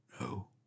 No